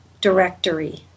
directory